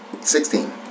sixteen